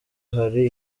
hari